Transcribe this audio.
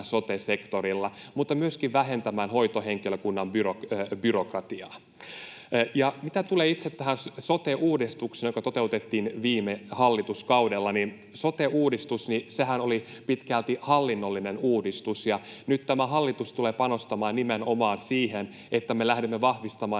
sote-sektorilla, mutta myöskin vähentämään hoitohenkilökunnan byrokratiaa. Mitä tulee itse tähän sote-uudistukseen, joka toteutettiin viime hallituskaudella, niin sote-uudistushan oli pitkälti hallinnollinen uudistus, ja nyt tämä hallitus tulee panostamaan nimenomaan siihen, että me lähdemme vahvistamaan